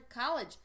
college